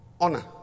Honor